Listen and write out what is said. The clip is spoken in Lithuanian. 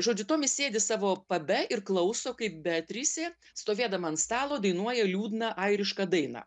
žodžiu tomis sėdi savo pabe ir klauso kaip beatrisė stovėdama ant stalo dainuoja liūdną airišką dainą